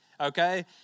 okay